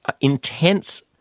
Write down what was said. intense